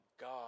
God